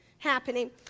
happening